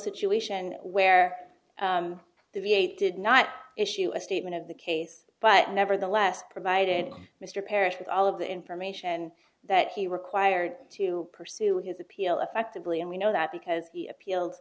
situation where the v a did not issue a statement of the case but nevertheless provided mr parrish with all of the information that he required to pursue his appeal effectively and we know that because he appealed